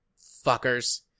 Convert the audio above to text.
Fuckers